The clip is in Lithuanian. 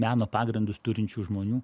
meno pagrindus turinčių žmonių